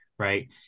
Right